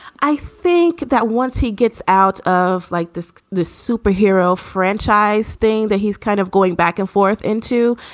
i think that once he gets out of like this the superhero franchise thing that he's kind of going back and forth into.